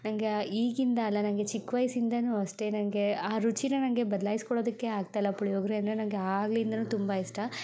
ನಂಗೆ ಈಗಿಂದ ಅಲ್ಲ ನನಗೆ ಚಿಕ್ಕ ವಯಸ್ಸಿಂದಾನು ಅಷ್ಟೇ ನನಗೆ ಆ ರುಚಿನ ನನಗೆ ಬದ್ಲಾಯ್ಸ್ಕೊಳ್ಳೋದಕ್ಕೆ ಆಗ್ತಾ ಇಲ್ಲ ಪುಳಿಯೋಗರೆ ಅಂದರೆ ನನಗೆ ಆಗ್ಲಿಂದಾನು ತುಂಬ ಇಷ್ಟ